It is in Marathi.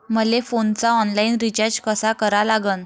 मले फोनचा ऑनलाईन रिचार्ज कसा करा लागन?